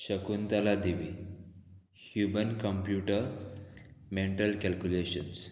Shakuntala Devi human computer mental calculations